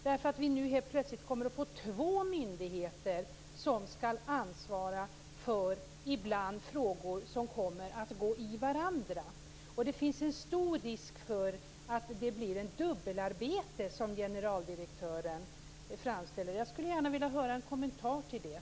Vi kommer nu helt plötsligt att få två myndigheter som skall ansvara för frågor som ibland kommer att gå i varandra. Det finns en stor risk för att det blir ett dubbelarbete, som generaldirektören framställde det. Jag skulle gärna vilja höra en kommentar till det.